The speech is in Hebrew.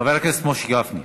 חבר הכנסת משה גפני.